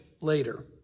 later